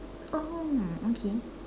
oh okay